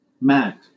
Matt